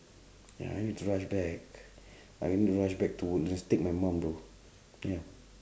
ya I need to rush back I need to rush back to woodlands take my mom though ya